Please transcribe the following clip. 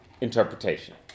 interpretation